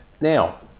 Now